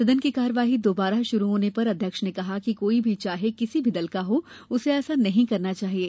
सदन की कार्यवाई दोबारा शुरू होने पर अध्यक्ष ने कहा कि कोई भी चाहे किसी भी दल का हो उसे ऐसा नहीं करना चाहिये